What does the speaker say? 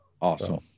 awesome